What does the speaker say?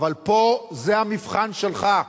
אבל פה זה המבחן שלך,